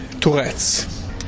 Tourette's